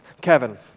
Kevin